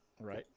Right